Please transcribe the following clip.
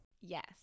Yes